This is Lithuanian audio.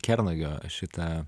kernagio šitą